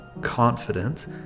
confidence